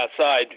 outside